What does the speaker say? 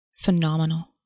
phenomenal